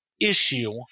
issue